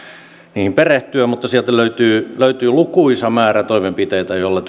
niihin perehtyä mutta sieltä löytyy löytyy lukuisa määrä toimenpiteitä joilla